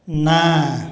ନା